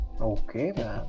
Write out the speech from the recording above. Okay